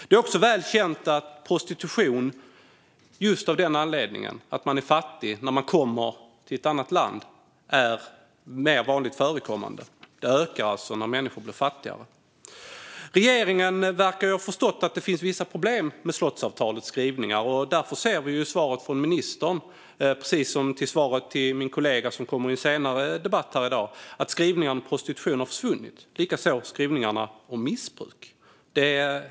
Det är också väl känt att prostitution är mer vanligt förekommande av anledningen att man är fattig när man kommer till ett annat land. Den ökar alltså när människor blir fattigare. Regeringen verkar ha förstått att det finns vissa problem med slottsavtalets skrivningar. Därför ser vi i svaret från ministern - precis som i svaret till min kollega som kommer i en senare debatt här i dag - att skrivningarna om prostitution har försvunnit, likaså skrivningarna om missbruk.